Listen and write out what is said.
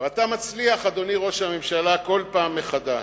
אתה מצליח, אדוני ראש הממשלה, כל פעם מחדש.